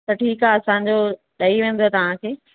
ठीकु आहे असांजो ॾई वेंदव तव्हांखे